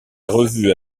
revue